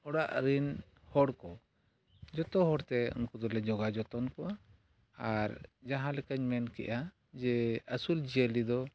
ᱚᱲᱟᱜ ᱨᱮᱱ ᱦᱚᱲ ᱠᱚ ᱡᱚᱛᱚ ᱦᱚᱲ ᱛᱮ ᱩᱱᱠᱩ ᱫᱚᱞᱮ ᱡᱚᱜᱟᱣ ᱡᱚᱛᱚᱱ ᱠᱚᱣᱟ ᱟᱨ ᱡᱟᱦᱟᱸ ᱞᱮᱠᱟᱧ ᱢᱮᱱ ᱠᱮᱜᱼᱟ ᱡᱮ ᱟᱹᱥᱩᱞ ᱡᱤᱭᱟᱹᱞᱤ ᱫᱚ